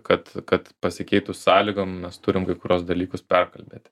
kad kad pasikeitus sąlygom mes turim kai kuriuos dalykus perkalbėti